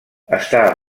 està